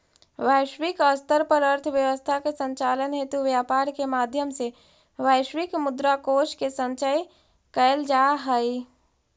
वैश्विक स्तर पर अर्थव्यवस्था के संचालन हेतु व्यापार के माध्यम से वैश्विक मुद्रा कोष के संचय कैल जा हइ